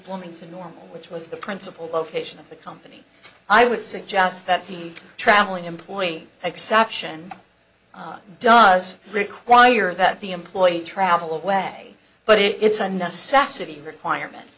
bloomington normal which was the principal location of the comp i would suggest that the traveling employee exception does require that the employee travel away but it's a necessity requirement